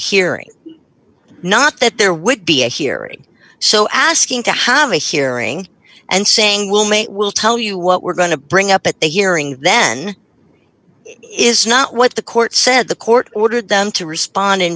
hearing not that there would be a hearing so asking to have a hearing and saying will may we'll tell you what we're going to bring up at the hearing then it is not what the court said the court ordered them to respond and